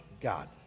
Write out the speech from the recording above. God